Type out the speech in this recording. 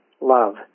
love